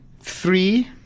three